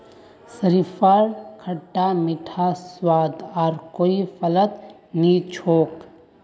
शरीफार खट्टा मीठा स्वाद आर कोई फलत नी छोक